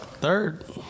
Third